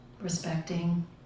respecting